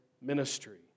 ministry